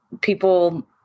people